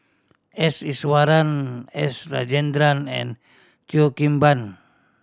S Iswaran S Rajendran and Cheo Kim Ban